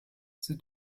sie